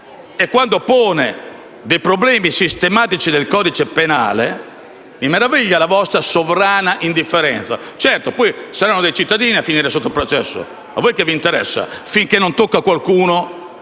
e quando pone problemi sistematici del codice penale, mi meraviglia la vostra sovrana indifferenza. Certo, tanto saranno i cittadini a finire sotto processo; a voi cosa interessa? Finché non toccherà a qualcuno